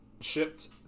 shipped